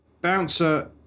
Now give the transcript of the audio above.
bouncer